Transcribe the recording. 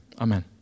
Amen